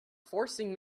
forcing